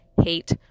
hate